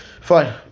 Fine